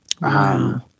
Wow